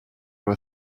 were